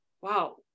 wow